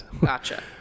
Gotcha